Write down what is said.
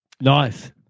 Nice